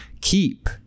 keep